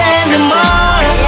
anymore